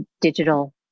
digital